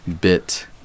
bit